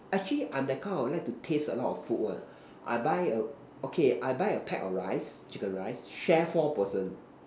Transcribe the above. actually I'm that kind of like to taste a lot of food one I buy a okay I buy a pack of rice chicken rice share four person